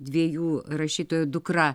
dviejų rašytojų dukra